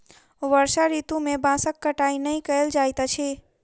वर्षा ऋतू में बांसक कटाई नै कयल जाइत अछि